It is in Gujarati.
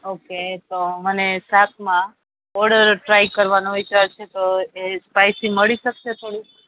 ઓકે તો મને શાકમાં ઓળો ટ્રાય કરવાનો વિચાર છે તો એ સ્પાયસી મળી શકશે થોડું